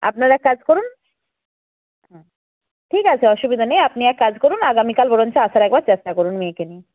আপনারা এক কাজ করুন হুম ঠিক আছে অসুবিধা নেই আপনি এক কাজ করুন আগামীকাল বরঞ্চ আসার একবার চেষ্টা করুন মেয়েকে নিয়ে